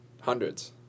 Hundreds